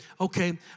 okay